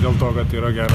dėl to kad yra gera